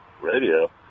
radio